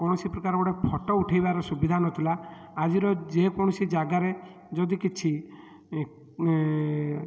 କୌଣସି ପ୍ରକାର ଗୋଟେ ଫଟୋ ଉଠେଇବାର ସୁବିଧା ନଥିଲା ଆଜିର ଯେକୌଣସି ଜାଗାରେ ଯଦି କିଛି